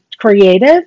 Creative